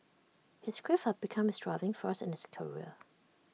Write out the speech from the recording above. his grief had become his driving force in his career